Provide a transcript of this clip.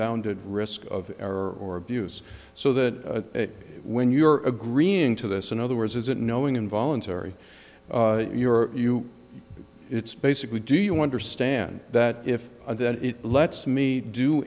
bounded risk of error or abuse so that when you're agreeing to this in other words is it knowing involuntary your you it's basically do you understand that if it lets me do